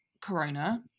Corona